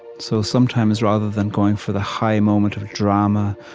so, sometimes, rather than going for the high moment of drama,